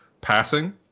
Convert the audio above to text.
passing